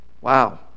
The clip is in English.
Wow